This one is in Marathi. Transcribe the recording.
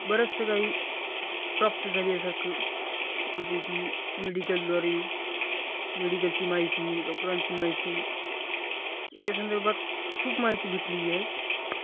बरेचसे काई प्राप्त झाल्यासारखं म्हणजे की मेडिकलद्वारे मेडिकलची माहिती डॉक्टरांची माहिती याच्या संदर्भात खूप माहिती भेटलेली आहे